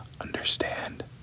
understand